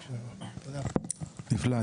נפלא.